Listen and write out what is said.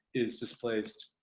is displaced.